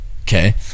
okay